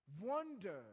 wonder